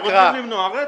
כי רוצים למנוע רצח.